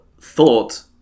thought